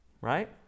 right